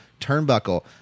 turnbuckle